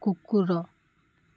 କୁକୁର